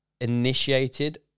initiated